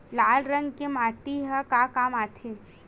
लाल रंग के माटी ह का काम आथे?